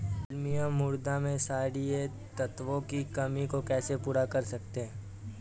अम्लीय मृदा में क्षारीए तत्वों की कमी को कैसे पूरा कर सकते हैं?